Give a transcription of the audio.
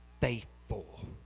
faithful